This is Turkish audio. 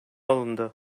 alındı